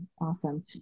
Awesome